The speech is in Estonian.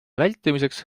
vältimiseks